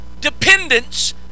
dependence